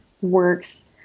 works